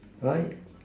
right